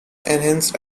enhanced